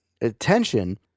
attention